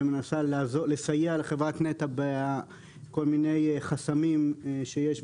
ומנסה לסייע לחברת נת"ע בכל מיני חסמים שיש,